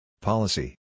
Policy